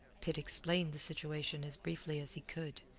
pitt explained the situation as briefly as he could,